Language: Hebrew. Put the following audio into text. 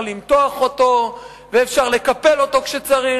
למתוח אותו ואפשר לקפל אותו כשצריך,